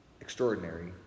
extraordinary